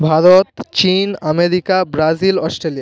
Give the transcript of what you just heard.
ভারত চীন America Brazil Australia